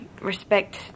respect